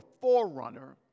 forerunner